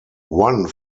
one